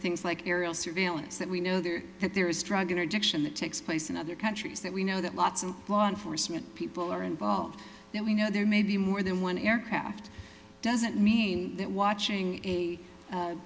things like aerial surveillance that we know there that there is drug interdiction that takes place in other countries that we know that lots of law enforcement people are involved now we know there may be more than one aircraft doesn't mean that watching an a